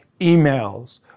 emails